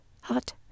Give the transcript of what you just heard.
hot